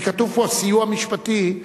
כי כתוב פה "סיוע משפטי".